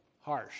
harsh